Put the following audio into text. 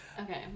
okay